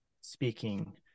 speaking